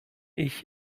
ich